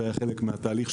זה היה חלק מהתהליך.